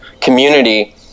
community